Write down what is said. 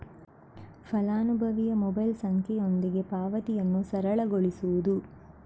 ಫಲಾನುಭವಿಯ ಮೊಬೈಲ್ ಸಂಖ್ಯೆಯೊಂದಿಗೆ ಪಾವತಿಯನ್ನು ಸರಳಗೊಳಿಸುವುದು